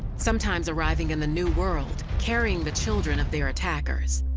sometimes arriving in the new world carrying the children of their attackers.